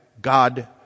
God